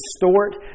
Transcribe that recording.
distort